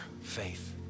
faith